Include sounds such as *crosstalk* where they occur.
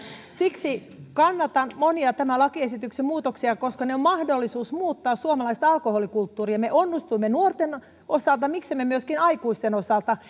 siksi kannatan monia tämän lakiesityksen muutoksia koska ne ovat mahdollisuus muuttaa suomalaista alkoholikulttuuria me onnistuimme nuorten osalta miksemme myöskin aikuisten osalta *unintelligible*